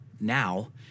Now